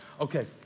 Okay